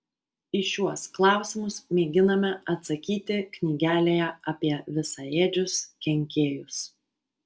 į šiuos klausimus mėginame atsakyti knygelėje apie visaėdžius kenkėjus